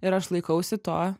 ir aš laikausi to